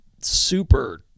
super